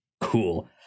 Cool